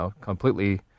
completely